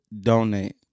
donate